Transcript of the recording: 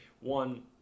One